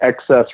excess